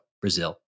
Brazil